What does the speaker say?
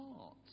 heart